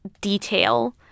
detail